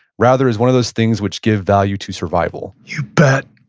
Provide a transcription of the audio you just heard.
rather, is one of those things which give value to survival. you bet.